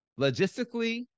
Logistically